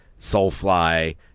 Soulfly